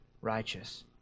righteous